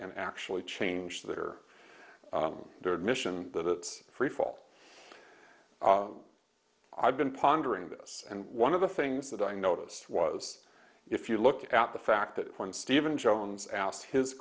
and actually change their on their admission that it's free fall i've been pondering this and one of the things that i noticed was if you look at the fact that when stephen jones asked his